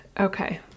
Okay